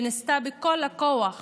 שניסתה בכל הכוח